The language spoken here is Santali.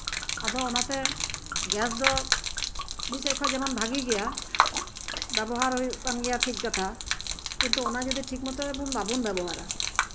ᱟᱫᱚ ᱚᱱᱟᱛᱮ ᱜᱮᱥ ᱫᱚ ᱡᱮᱢᱚᱱ ᱢᱤᱫ ᱥᱮᱫ ᱛᱮ ᱵᱷᱟᱹᱜᱤ ᱜᱮᱭᱟ ᱵᱮᱵᱚᱦᱟᱨ ᱦᱩᱭᱩᱜ ᱠᱟᱱ ᱜᱮᱭᱟ ᱴᱷᱤᱠ ᱠᱟᱛᱷᱟ ᱠᱤᱱᱛᱩ ᱚᱱᱟ ᱡᱚᱫᱤ ᱴᱷᱤᱠ ᱢᱚᱛᱳ ᱵᱟᱵᱚᱱ ᱵᱮᱵᱚᱦᱟᱨᱟ